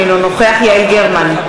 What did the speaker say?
אינו נוכח יעל גרמן,